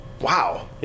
wow